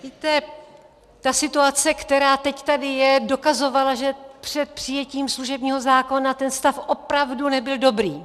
Víte, ta situace, která teď tady je, dokazovala, že před přijetím služebního zákona ten stav opravdu nebyl dobrý.